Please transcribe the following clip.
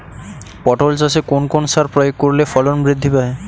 পটল চাষে কোন কোন সার প্রয়োগ করলে ফলন বৃদ্ধি পায়?